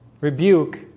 rebuke